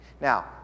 Now